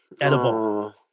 edible